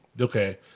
Okay